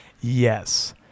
Yes